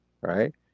right